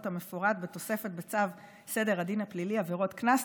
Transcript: המפורטות בתוספת בצו סדר הדין הפלילי (עבירות קנס,